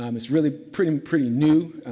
um it's really pretty pretty new,